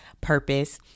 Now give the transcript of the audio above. purpose